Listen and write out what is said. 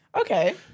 Okay